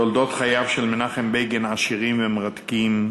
תולדות חייו של מנחם בגין עשירות ומרתקות,